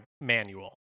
manual